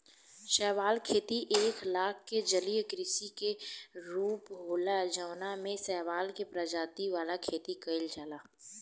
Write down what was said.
शैवाल खेती एक लेखा के जलीय कृषि के रूप होला जवना में शैवाल के प्रजाति वाला खेती कइल जाला